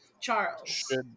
charles